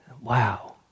Wow